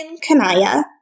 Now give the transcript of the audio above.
Kanaya